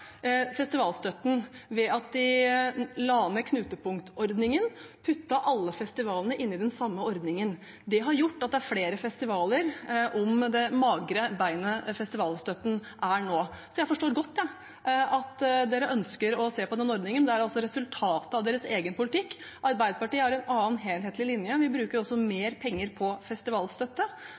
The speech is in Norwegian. festivalstøtten ved at de la ned knutepunktordningen og puttet alle festivalene inn i den samme ordningen. Det har gjort at det er flere festivaler om det magre beinet som festivalstøtten er nå. Jeg forstår godt at de ønsker å se på den ordningen, men dette er et resultat av deres egen politikk. Arbeiderpartiet har en annen, helhetlig linje. Vi bruker også mer penger på festivalstøtte,